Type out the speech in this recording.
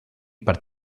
per